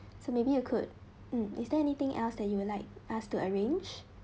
so maybe you could um is there anything else that you would like us to arrange